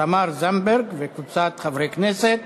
תמר זנדברג וקבוצת חברי כנסת.